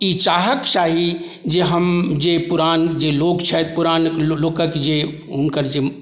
ई चाहके चाही जे हम जे पुरान जे लोक छथि पुरान लोकके जे हुनकर जे